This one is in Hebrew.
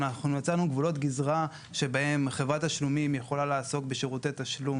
אנחנו הצענו גבולות גזרה שבהם חברת תשלומים יכולה לעסוק בשירותי תשלום